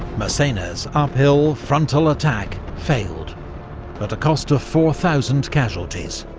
massena's uphill, frontal attack failed at a cost of four thousand casualties.